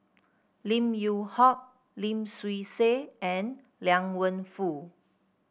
Lim Yew Hock Lim Swee Say and Liang Wenfu